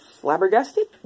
flabbergasted